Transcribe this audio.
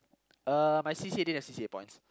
uh my C_C_A didn't have C_C_A points